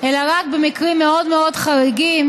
אלא רק במקרים מאוד מאוד חריגים,